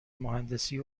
مهندسی